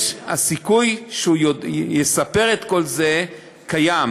הסיכוי שהוא יספר את כל זה קיים,